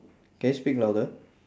can you speak louder